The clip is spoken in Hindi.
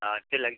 हाँ से लग